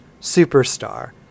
superstar